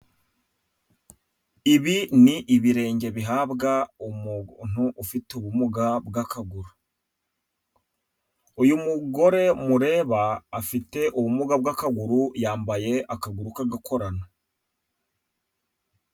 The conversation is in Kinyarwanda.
Ibi ni ibirenge bihabwa umuntu ufite ubumuga bw'akaguru, uyu mugore mureba afite ubumuga bw'akaguru, yambaye akaguru k'agakorano.